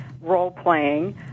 role-playing